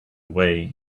way